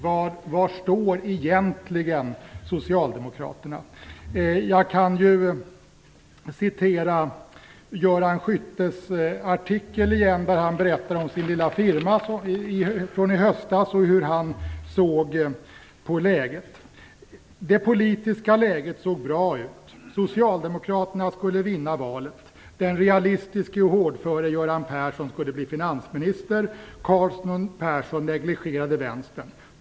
Jag kan citera Göran Skyttes artikel i Aftonbladet igen där han berättar om sin lilla firma från i höstas och hur han såg på läget: "Det politiska läget såg bra ut. Socialdemokraterna skulle vinna valet. Den realistiske och hårdföre Göran Persson skulle bli finansminister. Carlsson & Persson negligerade vänstern.